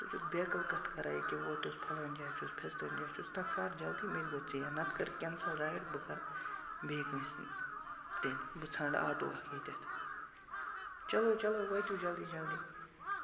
ژٕ چھُکھ بیکٕل کَتھٕ کَران ییٚکیٛاہ ووتُس پھَلٲنۍ جاے چھُس پھِستٲنۍ جاے چھُس وۄستہ کَر جلدی مےٚ تہِ گوٚو ژیر نَتہٕ کَرٕ کینسَل رایڈ بہٕ کَرٕ بیٚیہِ کٲنٛسہِ تیٚلہِ بہٕ ژھانڈٕ آٹوٗ اَکھ ییٚتٮ۪تھ چلو چلو وٲتِو جلدی جلدی